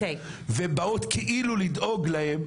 ובאות כאילו לדאוג להן,